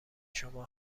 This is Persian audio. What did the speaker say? شما